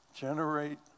Generate